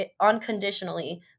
unconditionally